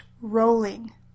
rolling